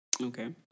Okay